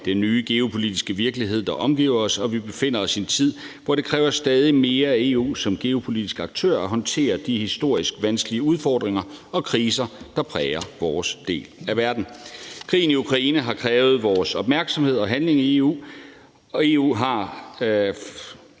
den nye geopolitiske virkelighed, der omgiver os, og vi befinder os i en tid, hvor det kræver stadig mere af som EU geopolitisk aktør at håndtere de historisk vanskelige udfordringer og kriser, der præger vores del af verden. Krigen i Ukraine har krævet vores opmærksomhed og handling i EU. EU er